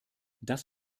das